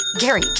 Gary